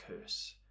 curse